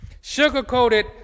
Sugar-coated